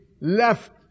left